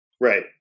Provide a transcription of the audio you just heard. Right